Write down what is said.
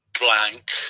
Blank